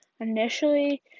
initially